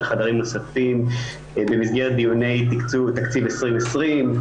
חדרים נוספים במסגרת דיוני תקציב 2020,